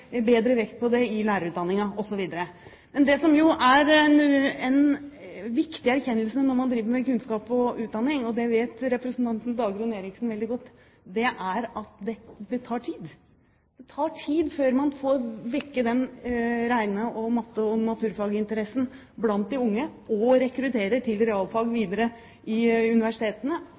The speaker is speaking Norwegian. i lærerutdanningen osv. Men det som er en viktig erkjennelse når man driver med kunnskap og utdanning – det vet representanten Dagrun Eriksen veldig godt – er at det tar tid. Det tar tid før man får vekket regne-, matte- og naturfaginteressen blant de unge, og rekruttert til realfag videre i universitetene